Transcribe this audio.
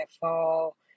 fall